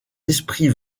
esprit